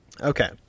Okay